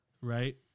Right